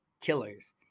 killers